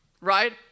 right